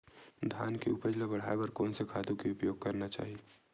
धान के उपज ल बढ़ाये बर कोन से खातु के उपयोग करना चाही?